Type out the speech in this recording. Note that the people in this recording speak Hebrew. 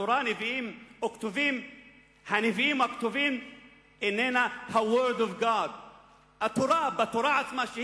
נביאים וכתובים אינם ה-Word of God. בתורה עצמה,